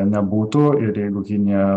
nebūtų ir jeigu kinija